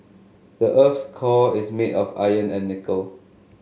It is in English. the earth's core is made of iron and nickel